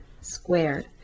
squared